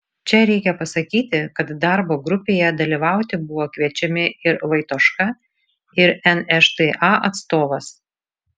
čia reikia pasakyti kad darbo grupėje dalyvauti buvo kviečiami ir vaitoška ir nšta atstovas